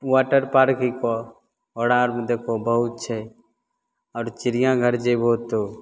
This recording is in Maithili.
वाटर पार्क हिकऽ ओकरा आओरमे देखहो बहुत छै आओर चिड़िआँघर जएबहो तऽ